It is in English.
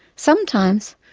sometimes,